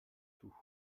toux